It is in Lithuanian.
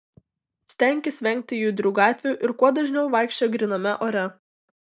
stenkis vengti judrių gatvių ir kuo dažniau vaikščiok gryname ore